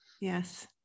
Yes